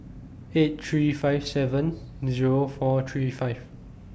eight three five seven Zero four three five